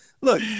Look